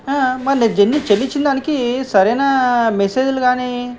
మళ్ళీ జన్ని చెల్లించినందానికి సరైన మెసేజ్లు కానీ